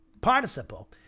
participle